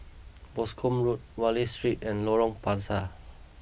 Boscombe Road Wallich Street and Lorong Panchar